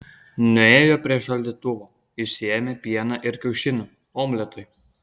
nuėjo prie šaldytuvo išsiėmė pieną ir kiaušinių omletui